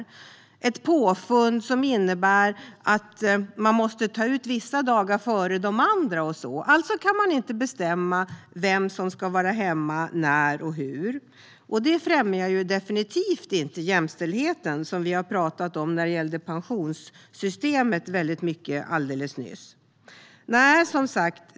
Det är ett påfund som innebär att man måste ta ut vissa dagar före de andra och så vidare. Man kan alltså inte bestämma vem som ska vara hemma när och hur. Det främjar definitivt inte jämställdheten, som vi talade mycket om när det gällde pensionssystemet alldeles nyss.